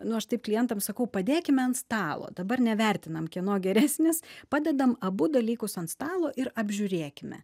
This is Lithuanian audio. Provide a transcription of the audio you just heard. nu aš taip klientam sakau padėkime ant stalo dabar nevertinam kieno geresnis padedam abu dalykus ant stalo ir apžiūrėkime